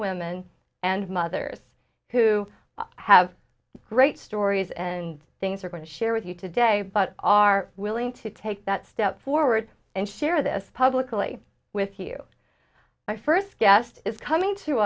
women and mothers who have great stories and things are going to share with you today but are willing to take that step forward and share this publicly with you my first guest is coming to